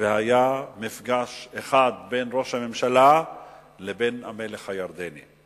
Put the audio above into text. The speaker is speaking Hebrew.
והיה מפגש אחד בין ראש הממשלה לבין המלך הירדני.